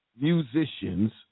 musicians